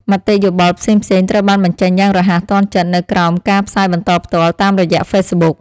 មតិយោបល់ផ្សេងៗត្រូវបានបញ្ចេញយ៉ាងរហ័សទាន់ចិត្តនៅក្រោមការផ្សាយបន្តផ្ទាល់តាមរយៈហ្វេសប៊ុក។